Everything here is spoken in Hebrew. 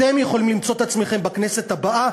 אתם יכולים למצוא את עצמכם בכנסת הבאה